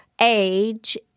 age